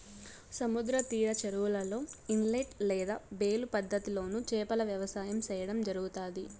సముద్ర తీర చెరువులలో, ఇనలేట్ లేదా బేలు పద్ధతి లోను చేపల వ్యవసాయం సేయడం జరుగుతాది